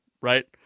right